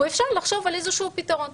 ואפשר לחשוב על איזה שהוא פתרון.